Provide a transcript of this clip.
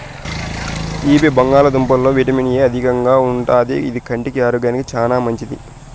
తీపి బంగాళదుంపలలో vitamin A అధికంగా ఉంటాది, ఇది కంటి ఆరోగ్యానికి చానా మంచిది